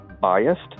biased